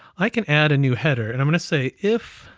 i can add a new header, and i'm gonna say if,